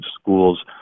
schools